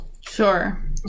Sure